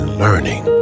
learning